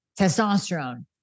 testosterone